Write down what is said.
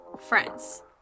Friends